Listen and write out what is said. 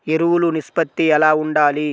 ఎరువులు నిష్పత్తి ఎలా ఉండాలి?